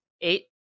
Eight